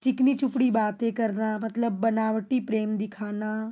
चिकनी चुपड़ी बातें करना मतलब बनावटी प्रेम दिखाना